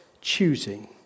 choosing